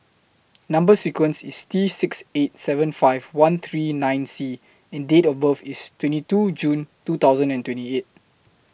Number sequence IS T six eight seven five one three nine C and Date of birth IS twenty two June two thousand and twenty eight